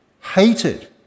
hated